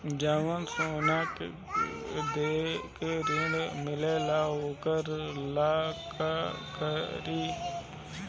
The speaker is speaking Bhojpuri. जवन सोना दे के ऋण मिलेला वोकरा ला का करी?